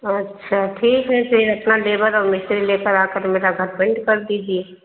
अच्छा ठीक है फिर अपना लेबर और मिस्त्री लेकर आकर मेरा घर पेंट कर दीजिए